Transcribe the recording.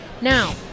Now